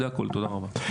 תודה רבה.